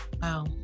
Wow